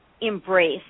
embrace